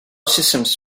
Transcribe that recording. systems